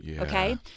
okay